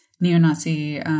neo-Nazi